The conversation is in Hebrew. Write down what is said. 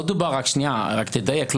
רק תדייק.